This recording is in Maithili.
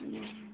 ह्म्म